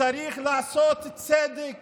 צריך לעשות צדק